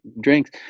drinks